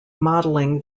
modelling